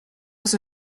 was